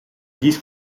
these